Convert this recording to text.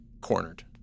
cornered